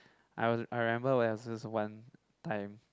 I was I remember where there was this one time